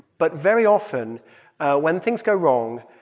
but very often when things go wrong,